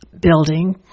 building